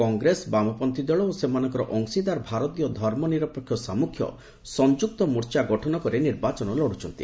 କଂଗ୍ରେସ ବାମପନ୍ତ୍ରୀ ଦଳ ଓ ସେମାନଙ୍କର ଅଶିଦାର ଭାରତୀୟ ଧର୍ମନିରପେକ୍ଷ ସାମୁଖ୍ୟ' ସଂଯୁକ୍ତ ମୋର୍ଚ୍ଚା ଗଠନ କରି ନିର୍ବାଚନ ଲଢ଼ୁଛନ୍ତି